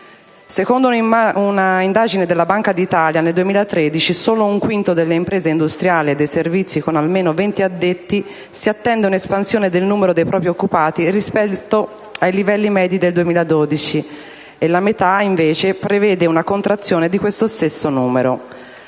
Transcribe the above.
Secondo un'indagine della Banca d'Italia, nel 2013 solo un quinto delle imprese industriali e dei servizi con almeno 20 addetti si attende un'espansione del numero dei propri occupati rispetto ai livelli medi del 2012 e la metà, invece, prevede una contrazione di questo stesso numero.